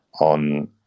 on